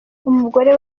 umugore